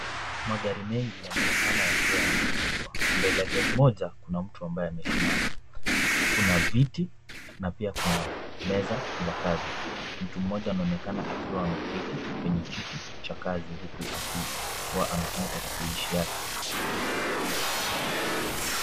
Magari mengi yanaonekana yakiwa yameegeshwa. Mbele ya gari moja kuna mtu ambaye amesimama. Kuna viti na pia kuna meza za kazi. Mtu mmoja anaonekana akiwa ameketi kwenye kiti cha kazi huku akiwa anatumia tarakilishi yake.